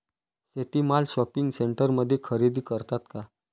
शेती माल शॉपिंग सेंटरमध्ये खरेदी करतात का?